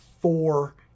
four